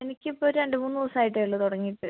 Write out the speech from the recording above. എനിക്കിപ്പം ഒരു രണ്ട് മൂന്ന് ദിവസം ആയിട്ടേ ഉള്ളൂ തുടങ്ങിയിട്ട്